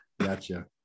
Gotcha